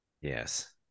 Yes